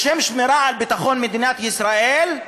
בשם שמירה על ביטחון מדינת ישראל,